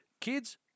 kids